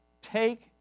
take